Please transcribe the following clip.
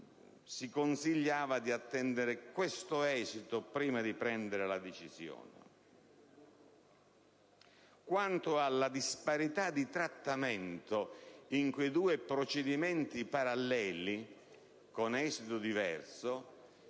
si consigliava pertanto di attendere tale esito prima di prendere la decisione. Quanto alla disparità di trattamento in quei due procedimenti paralleli, con esito diverso,